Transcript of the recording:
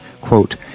quote